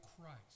Christ